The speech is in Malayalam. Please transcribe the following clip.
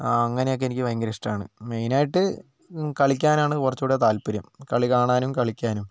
ആ അങ്ങനെയൊക്കെ എനിക്ക് ഭയങ്കര ഇഷ്ടമാണ് മെയിൻ ആയിട്ട് കളിയ്ക്കാനാണ് കുറച്ച്കൂടി താല്പര്യം കളി കാണാനും കളിക്കാനും